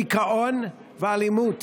דיכאון ואלימות.